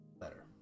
Better